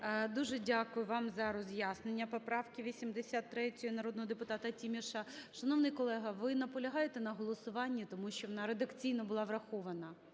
Дуже дякую вам за роз'яснення поправки 83 народного депутата Тіміша. Шановні колего, ви наполягаєте на голосуванні? Тому що вона редакційно була врахована.